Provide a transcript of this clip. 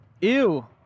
Ew